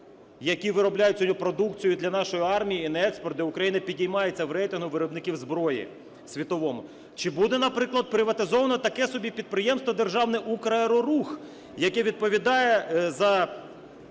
які виробляють сьогодні продукцію для нашої армії і на експорт, де Україна підіймається в рейтингу виробників зброї світовому? Чи буде, наприклад, приватизовано таке собі підприємство державне "Украерорух", яке відповідає за,